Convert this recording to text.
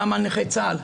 גם על נכי צה"ל.